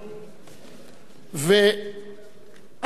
ואנחנו עוברים לאחד החוקים,